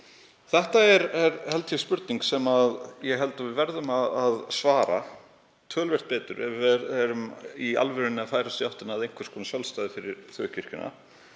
Þetta eru spurningar sem ég held að við verðum að svara töluvert betur ef við ætlum í alvöru að færast í áttina að einhvers konar sjálfstæði fyrir þjóðkirkjuna.